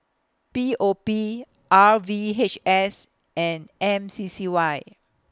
P O P R V H S and M C C Y